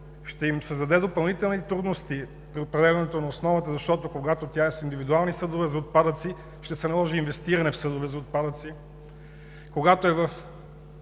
ще им създаде допълнителни трудности при определянето на основата, защото когато тя е с индивидуални съдове за отпадъци, ще се наложи инвестиране в съдове за отпадъци, когато е в